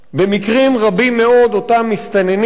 במקרים רבים מאוד אותם מסתננים,